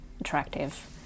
Attractive